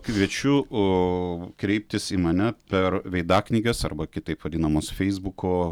kviečiu o kreiptis į mane per veidaknygės arba kitaip vadinamos feisbuko